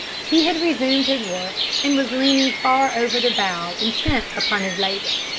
he had resumed his work and was leaning far over the bow intent upon his labour.